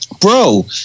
bro